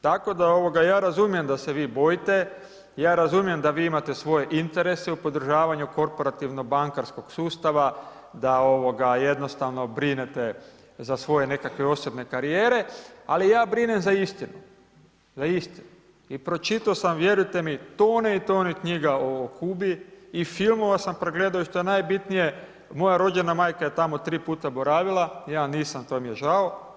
Tako da ja razumijem da se vi bojite, ja razumijem da vi imate svoje interese u podržavanju korporativno bankarskog sustava, da jednostavno brinete za svoje nekakve osobne karijere, ali ja brinem za istinu, za istinu i pročitao sam, vjerujte mi, tone i tone knjiga o Kubi i filmova sam pregledao i što je najbitnije, moja rođena majka je tamo tri puta boravila, ja nisam, to mi je žao.